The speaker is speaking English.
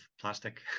plastic